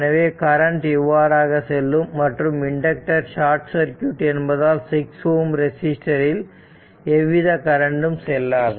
எனவே கரண்ட் இவ்வாறாக செல்லும் மற்றும் இண்டக்டர் ஷார்ட் சர்க்யூட் என்பதால் 6 Ω ரெசிஸ்டர் இல் எவ்வித கரண்டும் செல்லாது